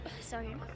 sorry